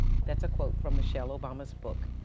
that's a quote from michelle obama's book.